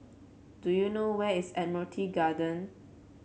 do you know where is Admiralty Garden